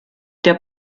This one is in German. der